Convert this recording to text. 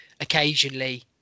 occasionally